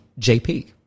JP